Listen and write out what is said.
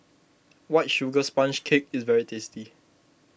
White Sugar Sponge Cake is very tasty